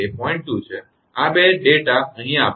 2 છે આ આ બે ડેટા માહિતી